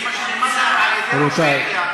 זה מה שנאמר לה על-ידי,